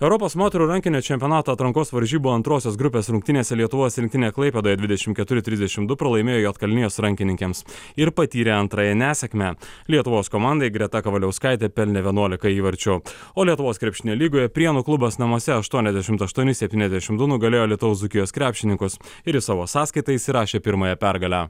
europos moterų rankinio čempionato atrankos varžybų antrosios grupės rungtynėse lietuvos rinktinė klaipėdoje dvidešim keturi trisdešim du pralaimėjo juodkalnijos rankininkėms ir patyrė antrąją nesėkmę lietuvos komandai greta kavaliauskaitė pelnė vienuolika įvarčių o lietuvos krepšinio lygoje prienų klubas namuose aštuoniasdešimt aštuoni septyniasdešim du nugalėjo alytaus dzūkijos krepšininkus ir į savo sąskaitą įsirašė pirmąją pergalę